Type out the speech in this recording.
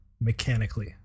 mechanically